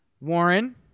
Warren